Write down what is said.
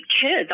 kids